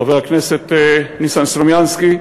חבר הכנסת ניסן סלומינסקי: